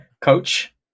Coach